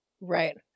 Right